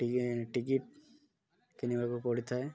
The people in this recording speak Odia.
ଟିକିଟ୍ କିଣିବାକୁ ପଡ଼ିଥାଏ